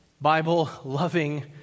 Bible-loving